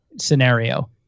scenario